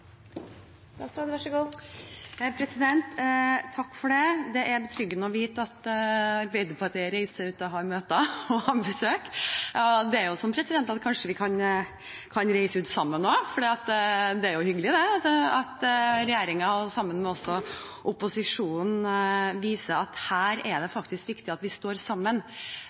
betryggende å vite at Arbeiderpartiet reiser ut, har møter og er på besøk, og kanskje vi også kan reise ut sammen? Det er jo hyggelig at regjeringen sammen med opposisjonen viser at det faktisk er viktig at vi står sammen